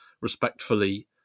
respectfully